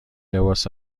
لباس